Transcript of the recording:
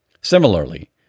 Similarly